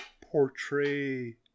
portray